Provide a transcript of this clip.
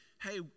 hey